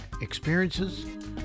experiences